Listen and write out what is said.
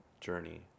journey